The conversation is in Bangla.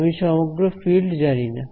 আমি সমগ্র ফিল্ড জানিনা